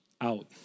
out